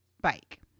bike